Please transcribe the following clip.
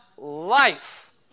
Life